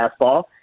fastball